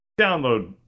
download